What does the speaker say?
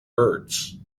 birds